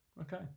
Okay